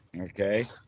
Okay